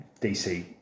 DC